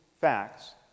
facts